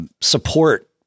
support